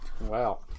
Wow